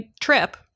trip